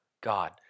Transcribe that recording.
God